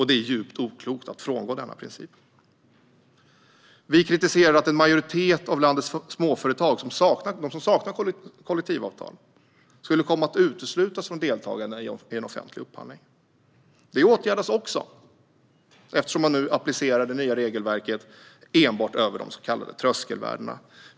Det är djupt oklokt att frångå denna princip. Vi kritiserade att en majoritet av landets småföretag, de som saknar kollektivavtal, skulle komma att uteslutas från deltagande i offentlig upphandling. Detta åtgärdas också eftersom man nu applicerar det nya regelverket enbart över de så kallade tröskelvärdena.